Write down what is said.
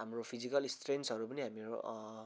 हाम्रो फिजिकल स्ट्रेन्थहरू पनि हाम्रो